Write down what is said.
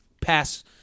pass